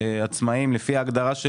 רוויזיה.